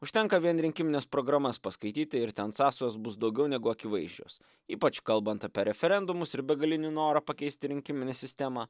užtenka vien rinkimines programas paskaityti ir ten sąsajos bus daugiau negu akivaizdžios ypač kalbant apie referendumus ir begalinį norą pakeisti rinkiminę sistemą